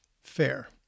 fair